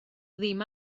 ddim